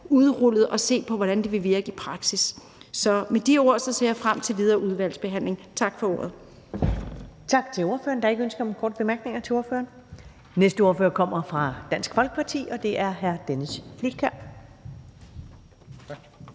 udrullet og set på, hvordan det vil virke i praksis. Så med de ord ser jeg frem til den videre udvalgsbehandling. Tak for ordet. Kl. 16:34 Første næstformand (Karen Ellemann): Tak til ordføreren. Der er ikke ønske om korte bemærkninger til ordføreren. Næste ordfører kommer fra Dansk Folkeparti, og det er hr. Dennis Flydtkjær.